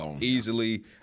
easily